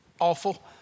awful